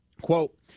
quote